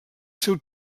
seu